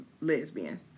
lesbian